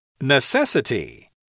Necessity